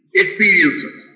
experiences